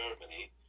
Germany